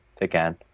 again